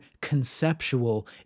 conceptual